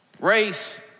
Race